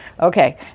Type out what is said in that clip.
Okay